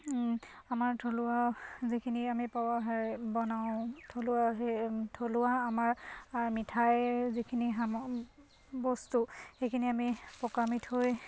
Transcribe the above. আমাৰ থলুৱা যিখিনি আমি পোৱা হেৰি বনাওঁ থলুৱা সেই থলুৱা আমাৰ মিঠাইৰ যিখিনি বস্তু সেইখিনি আমি পকা মিঠৈ